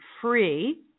free